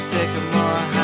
Sycamore